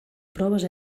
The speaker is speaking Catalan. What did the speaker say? proves